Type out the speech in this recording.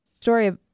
story